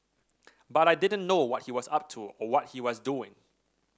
but I didn't know what he was up to or what he was doing